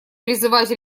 призывать